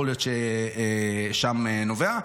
יכול להיות שמשם זה נובע.